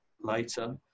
later